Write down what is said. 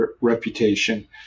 reputation